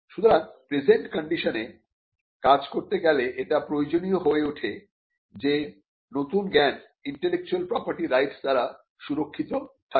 সুতরাং প্রেজেন্ট কন্ডিশনে কাজ করতে গেলে এটা প্রয়োজনীয় হয়ে ওঠে যে নতুন জ্ঞান ইন্টেলেকচুয়াল প্রপার্টি রাইটস দ্বারা সুরক্ষিত থাকে